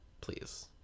please